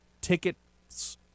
tickets